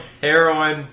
heroin